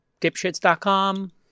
dipshits.com